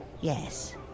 Yes